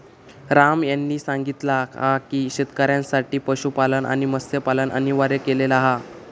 राम यांनी सांगितला हा की शेतकऱ्यांसाठी पशुपालन आणि मत्स्यपालन अनिवार्य केलेला हा